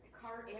car